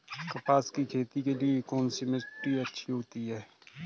कपास की खेती के लिए कौन सी मिट्टी अच्छी होती है?